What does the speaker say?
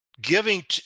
giving